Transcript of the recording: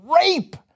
rape